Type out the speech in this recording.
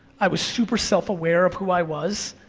i was super self-aware of who i was.